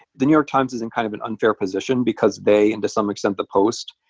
the new york times is in kind of an unfair position because they, and to some extent, the post,